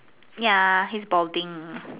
ya he is balding